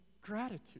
gratitude